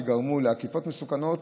שגרמו לעקיפות מסוכנות,